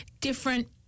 different